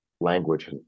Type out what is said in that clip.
language